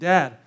Dad